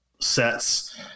sets